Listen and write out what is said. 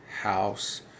house